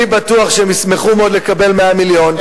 אני בטוח שהם ישמחו מאוד לקבל 100 מיליון,